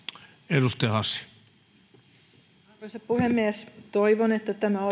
arvoisa puhemies toivon että tämä